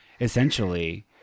essentially